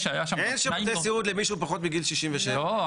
אין שירותי סיעוד למי שהוא פחות מגיל 67. לא,